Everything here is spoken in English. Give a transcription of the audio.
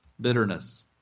bitterness